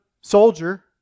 soldier